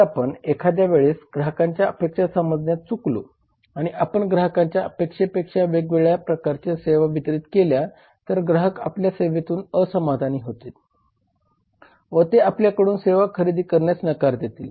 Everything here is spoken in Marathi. जर आपण एखाद्या वेळेस ग्राहकांच्या अपेक्षा समजण्यात चुकलो आणि आपण ग्राहकांच्या अपेक्षेपेक्षा वेगळ्याप्रकारच्या सेवा वितरीत केल्या तर ग्राहक आपल्या सेवेपासून असमाधानी होतील व ते आपल्याकडून सेवा खरेदी करण्यास नकार देतील